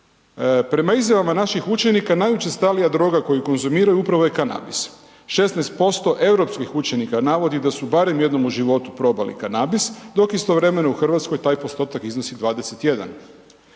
Prema izjavama naših učenika najučestalija droga koju konzumiraju upravo je kanabis. 16% europskih učenika navodi da su barem jednom u životu probali kanabis dok istovremeno u Hrvatskoj taj postotak iznosi 21.